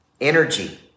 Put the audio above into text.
energy